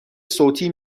صوتی